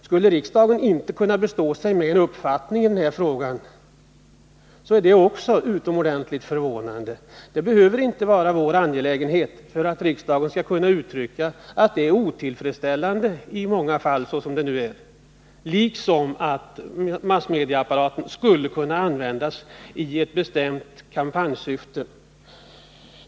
Skulle riksdagen inte kunna bestå sig med en uppfattning i den här frågan är det utomordentligt förvånande. Det behöver inte vara vår angelägenhet för att riksdagen skall kunna uttrycka att förhållandena är otillfredsställande i många fall så som de nu är, liksom att massmedieapparaten skulle kunna användas i ett bestämt kampanjsyfte.